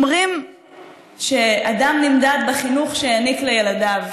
אומרים שאדם נמדד בחינוך שהעניק לילדיו.